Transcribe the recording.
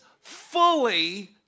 fully